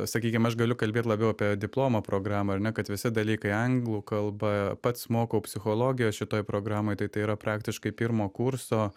sakykim aš galiu kalbėt labiau apie diplomo programą ar ne kad visi dalykai anglų kalba pats mokau psichologijos šitoj programoj tai tai yra praktiškai pirmo kurso